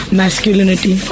masculinity